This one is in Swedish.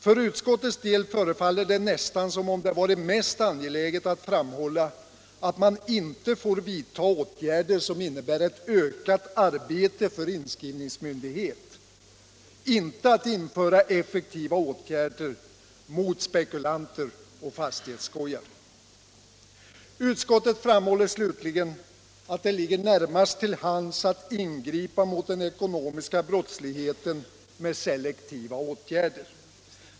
För utskottets del förefaller det nästan som om det varit mest angeläget att framhålla att man inte får vidta åtgärder som innebär ökat arbete för inskrivningsmyndighet —- inte att införa effektiva åtgärder mot spekulanter och fastighetsskojare. Utskottet framhåller slutligen att det ligger närmast till hands att ingripa mot den ekonomiska brottsligheten med selektiva åtgärder.